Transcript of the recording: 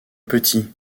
petit